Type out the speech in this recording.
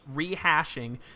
rehashing